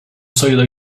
sayıda